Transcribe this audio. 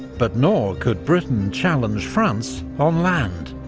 but nor could britain challenge france on land.